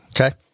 Okay